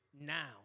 Now